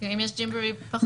אם יש ג'ימבורי בחוץ,